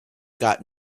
got